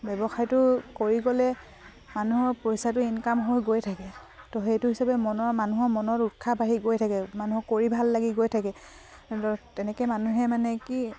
ব্যৱসায়টো কৰি গ'লে মানুহৰ পইচাটো ইনকাম হৈ গৈ থাকে তো সেইটো হিচাপে মনৰ মানুহৰ মনত উৎসাহ বাঢ়ি গৈ থাকে মানুহক কৰি ভাল লাগি গৈ থাকে তেনেকে মানুহে মানে কি